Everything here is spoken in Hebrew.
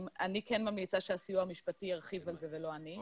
אני כן ממליצה שהסיוע המשפטי ירחיב על זה ולא אני,